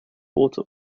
water